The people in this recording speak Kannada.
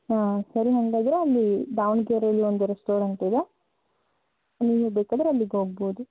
ಹಾಂ ಸರಿ ಹಾಗಾದ್ರೆ ಅಲ್ಲಿ ದಾವಣಗೆರೆಯಲ್ಲಿ ಒಂದು ರೆಸ್ಟೋರೆಂಟ್ ಇದೆ ನೀವು ಬೇಕೆಂದರೆ ಅಲ್ಲಿಗೆ ಹೋಗಬಹುದು